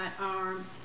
arm